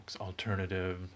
alternative